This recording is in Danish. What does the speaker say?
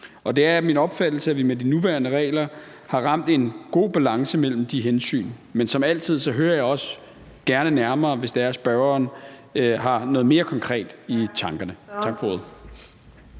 Det er min opfattelse, at vi med de nuværende regler har ramt en god balance mellem de hensyn, men som altid hører jeg også gerne nærmere, hvis det er, spørgeren har noget mere konkret i tankerne.